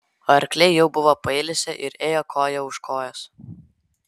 arkliai jau buvo pailsę ir ėjo koja už kojos